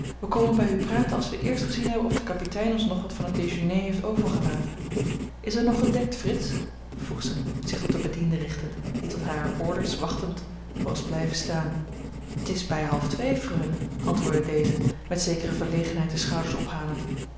wij komen bij u praten als wij eerst gezien hebben of de kapitein ons nog wat van het déjeuner heeft overgelaten is er nog gedekt frits vroeg zij zich tot den bediende richtend die tot hare orders wachtend was blijven staan t is bij half twee freule antwoordde deze met zekere verlegenheid de schouders ophalend